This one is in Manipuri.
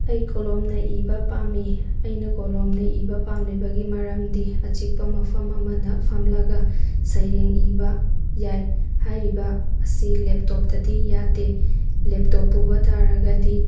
ꯑꯩ ꯀꯣꯂꯣꯝꯅ ꯏꯕ ꯄꯥꯝꯃꯤ ꯑꯩꯅ ꯀꯣꯂꯣꯝꯅ ꯏꯕ ꯄꯥꯃꯂꯤꯕꯒꯤ ꯃꯔꯝꯗꯤ ꯑꯆꯤꯛꯄ ꯃꯐꯝ ꯑꯃꯗ ꯐꯝꯂꯒ ꯁꯩꯔꯦꯡ ꯏꯕ ꯌꯥꯏ ꯍꯥꯏꯔꯤꯕ ꯑꯁꯤ ꯂꯦꯞꯇꯣꯞꯇꯗꯤ ꯌꯥꯗꯦ ꯂꯦꯞꯇꯣꯞ ꯄꯨꯕ ꯇꯥꯔꯒꯗꯤ